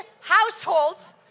households